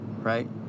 right